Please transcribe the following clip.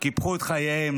קיפחו את חייהם,